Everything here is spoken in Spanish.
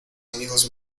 amigos